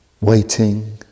waiting